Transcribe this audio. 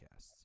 podcasts